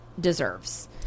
Deserves